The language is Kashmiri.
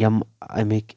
یم امِکۍ